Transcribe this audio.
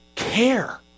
care